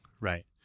Right